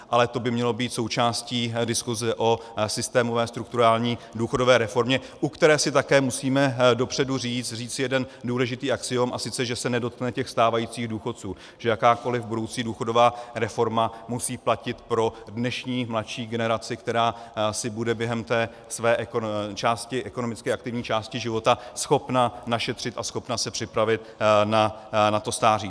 Ale to by mělo být součástí diskuse o systémové strukturální důchodové reformě, u které si také musíme dopředu říct jeden důležitý axiom, a sice že se nedotkne stávajících důchodců, že jakákoliv budoucí důchodová reforma musí platit pro dnešní mladší generaci, která si bude během své ekonomicky aktivní části života schopna našetřit a schopna se připravit na stáří.